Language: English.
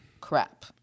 crap